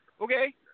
Okay